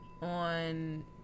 on